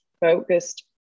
focused